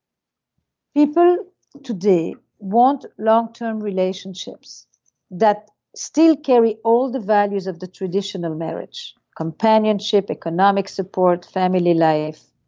people today want longterm relationships that still carry all the values of the traditional marriage companionship, economic support, family life,